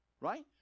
Right